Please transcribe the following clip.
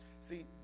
See